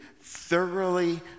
thoroughly